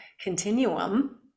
continuum